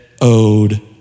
owed